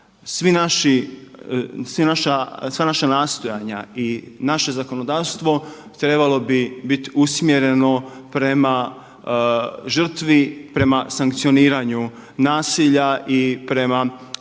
Sva naša nastojanja i naše zakonodavstvo trebalo bi biti usmjereno prema žrtvi, prema sankcioniranju nasilja i prema tome